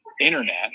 internet